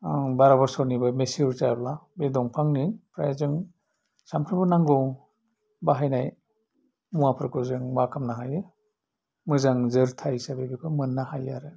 बार बोसोरनि बै मेसुर जायाब्ला बे दंफांनिफ्राइ जों सानफ्रोमबो नांगौआव बाहायनाय मुवाफोरखौ जों मा खालामनो हायो मोजां जोरथाइ हिसाबै बेखौ मोन्नो हायो आरो